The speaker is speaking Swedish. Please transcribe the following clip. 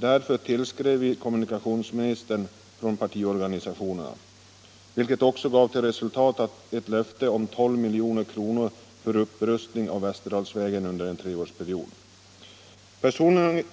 Därför tillskrev vi kommunikationsministern från partiorganisationerna, vilket gav till resultat ett löfte om 12 milj.kr. för upprustning av Västerdalsvägen under en treårsperiod.